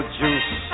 juice